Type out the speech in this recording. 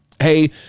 Hey